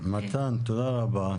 מתן, תודה רבה.